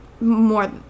more